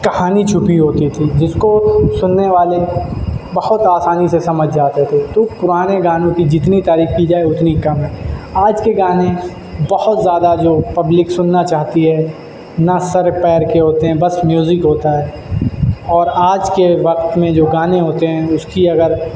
کہانی چھپی ہوتی تھی جس کو سننے والے بہت آسانی سے سمجھ جاتے تھے تو پرانے گانوں کی جتنی تعریف کی جائے اتنی کم ہے آج کے گانے بہت زیادہ جو پبلک سننا چاہتی ہے نہ سر پیر کے ہوتے ہیں بس میوزک ہوتا ہے اور آج کے وقت میں جو گانے ہوتے ہیں اس کی اگر